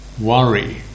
Worry